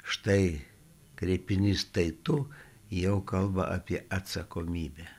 štai kreipinys tai tu jau kalba apie atsakomybę